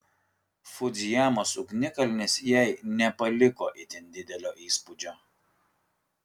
fudzijamos ugnikalnis jai nepaliko itin didelio įspūdžio